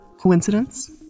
Coincidence